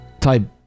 type